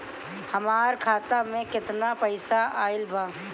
हमार खाता मे केतना पईसा आइल बा?